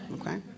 okay